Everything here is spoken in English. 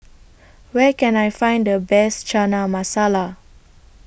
Where Can I Find The Best Chana Masala